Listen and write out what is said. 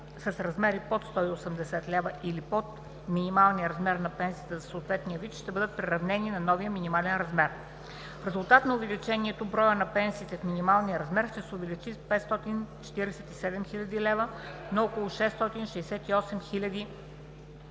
с размери под 180 лв., или под минималния размер на пенсията за съответния вид, ще бъдат приравнени на новия минимален размер. В резултат на увеличението броят на пенсиите в минимален размер ще се увеличи от 547 хил. на около 668 хил.